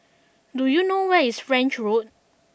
do you know where is French Road